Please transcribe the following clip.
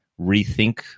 rethink